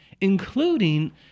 including